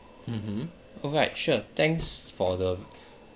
mmhmm alright sure thanks for the